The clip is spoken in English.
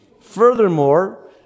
Furthermore